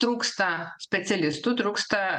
trūksta specialistų trūksta